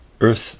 earth